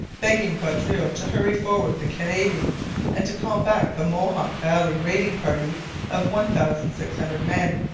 begging vaudreuil to hurry forward the canadians and to call back the mohawk valley raiding party of one thousand six hundred men.